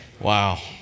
Wow